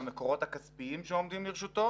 את המקורות הכספיים שעומדים לרשותו